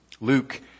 Luke